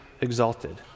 exalted